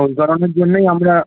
ওই কারণের জন্যই আমরা